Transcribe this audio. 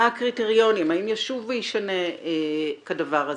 מה הקריטריונים, האם ישוב ויישנה כדבר הזה.